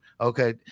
okay